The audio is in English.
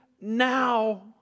now